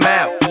out